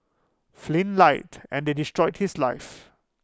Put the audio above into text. Flynn lied and they destroyed his life